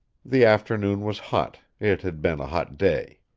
the afternoon was hot it had been a hot day.